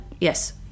yes